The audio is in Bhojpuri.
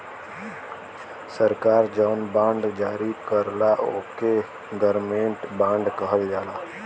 सरकार जौन बॉन्ड जारी करला ओके गवर्नमेंट बॉन्ड कहल जाला